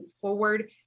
forward